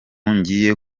ngiye